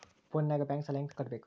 ಫೋನಿನಾಗ ಬ್ಯಾಂಕ್ ಸಾಲ ಹೆಂಗ ಕಟ್ಟಬೇಕು?